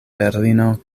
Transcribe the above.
berlino